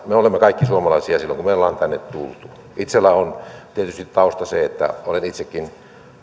me olemme kaikki suomalaisia silloin kun me olemme tänne tulleet itselläni on tietysti tausta se että olen itsekin